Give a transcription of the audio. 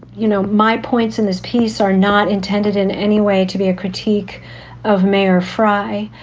you know, my points in this piece are not intended in any way to be a critique of mayor fry.